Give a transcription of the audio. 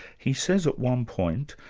he says at one point,